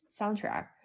soundtrack